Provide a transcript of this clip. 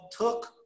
took